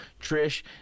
Trish